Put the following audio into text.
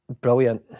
brilliant